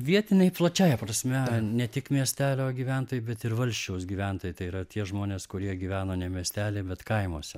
vietiniai plačiąja prasme ne tik miestelio gyventojai bet ir valsčiaus gyventojai tai yra tie žmonės kurie gyveno ne miestely bet kaimuose